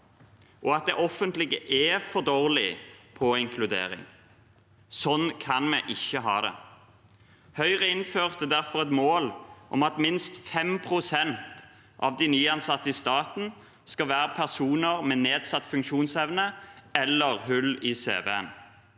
og at det offentlige er for dårlig på inkludering. Sånn kan vi ikke ha det. Høyre innførte derfor et mål om at minst 5 pst. av de nyansatte i staten skal være personer med nedsatt funksjonsevne eller hull i